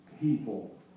people